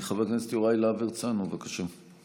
חבר הכנסת יוראי להב הרצנו, בבקשה.